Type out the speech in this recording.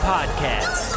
Podcast